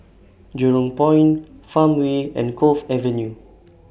Jurong Point Farmway and Cove Avenue